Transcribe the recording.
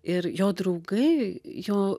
ir jo draugai jo